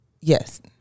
yes